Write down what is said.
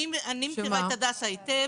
אני מכירה את הדסה היטב.